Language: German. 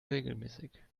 regelmäßig